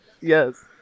Yes